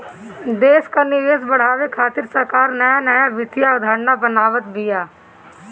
देस कअ निवेश बढ़ावे खातिर सरकार नया नया वित्तीय अवधारणा बनावत बिया